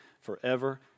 forever